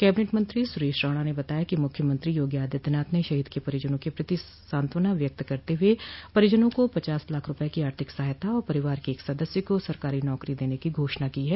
cabinet मंत्री सुरेश राणा ने बताया कि मुख्यमंत्री योगी आदित्यनाथ ने शहीद के परिजनों के प्रति सांत्वना व्यक्त करते हुए परिजनों को पचास लाख रूपये की आर्थिक सहायता और परिवार के एक सदस्य को सरकारी नौकरी देने की घोषणा की है